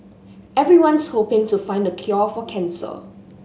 everyone's hoping to find the cure for cancer